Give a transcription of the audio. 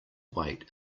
weight